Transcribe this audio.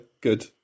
Good